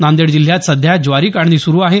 नांदेड जिल्ह्यात सध्या ज्वारी काढणी सुरू आहे